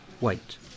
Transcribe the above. Wait